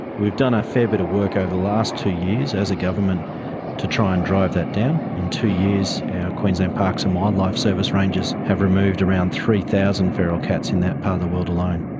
we have done a fair bit of work over the last two years as a government to try and drive that down. in two years our queensland parks and wildlife service rangers have removed around three thousand feral cats in that part of the world alone.